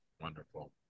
Wonderful